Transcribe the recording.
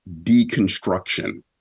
deconstruction